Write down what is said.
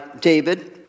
David